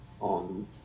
on